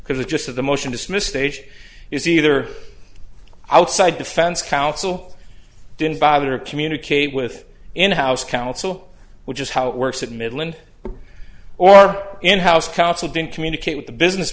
because the gist of the motion dismissed age is either outside defense counsel didn't bother to communicate with in house counsel which is how it works at midland or in house counsel didn't communicate with the business